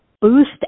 boost